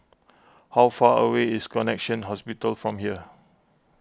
how far away is Connexion Hospital from here